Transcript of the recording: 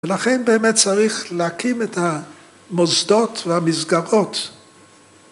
‫ולכן באמת צריך להקים ‫את המוסדות והמסגרות.